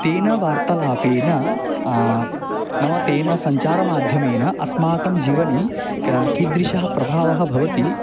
तेन वार्तालापेन नाम तेन सञ्चारमाध्यमेन अस्माकं जीवने क कीदृशः प्रभावः भवति